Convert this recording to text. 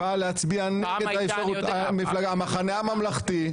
המחנה הממלכתי,